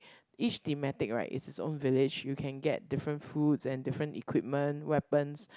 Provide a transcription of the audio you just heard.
each thematic right is its own village you can get different foods and different equipment weapons